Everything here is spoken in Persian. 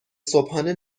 صبحانه